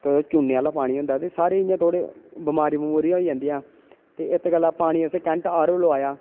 ते चूने आह्ला पानी होंदा साढ़े इ'यां थोहड़े बमारी बुमुरियां होई जंदियां ते इत्त गल्ला पानी असें